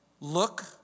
Look